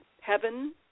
heaven